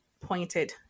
pointed